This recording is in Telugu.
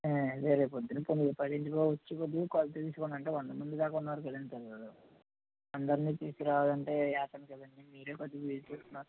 ఆయి రేపు పొద్దున్న కొంచెం పదింటికి వచ్చి కొద్దిగా కొలతలు తీసుకోండి అంటే వంద మంది దాకా ఉన్నారు కదండీ పిల్లలు అందరినీ తీసుకుని రావాలంటే యాతన కదండీ మీరే కొద్దిగా వీలు చూసుకుని వస్తే